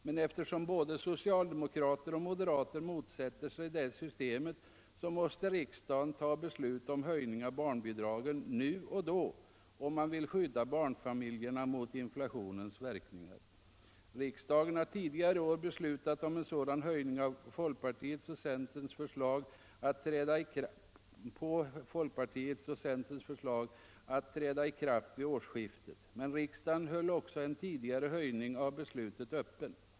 Men eftersom både socialdemokrater och moderater motsätter sig det systemet, måste riksdagen ta beslut om höjning av barnbidragen nu och då, om man vill skydda barnfamiljerna mot inflationens verkningar. Riksdagen har tidigare i år på folkpartiets och centerns förslag beslutat om en sådan höjning, att träda i kraft vid årsskiftet. Men riksdagen höll också frågan om en tidigare höjning öppen.